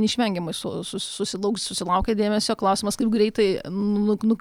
neišvengiamai su susilauks susilaukė dėmesio klausimas kaip greitai nu nu